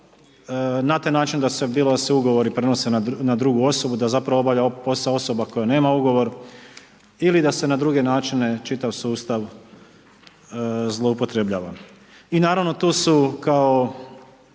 se ne razumije./… ugovori prenose na drugu osobu, da zapravo obavlja posao osoba koja nema ugovor ili da se na druge načine čitav sustav zloupotrebljava. I naravno, tu su, kao